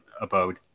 abode